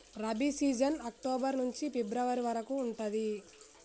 rabi season October నుంచి ఫిబ్రవరి వరకు ఉంటది